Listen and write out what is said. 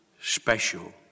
special